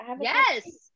Yes